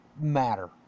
matter